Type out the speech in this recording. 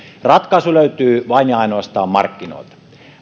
ratkaisu löytyy vain ja ainoastaan markkinoilta